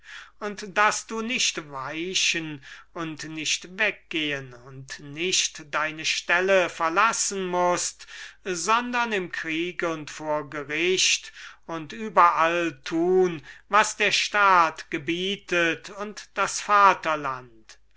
und daß du nicht weichen und nicht weggehen und nicht deine stelle verlassen mußt sondern im kriege und vor gericht und überall tun mußt was der staat gebietet und das vaterland